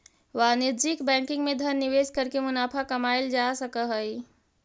वाणिज्यिक बैंकिंग में धन निवेश करके मुनाफा कमाएल जा सकऽ हइ